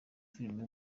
filime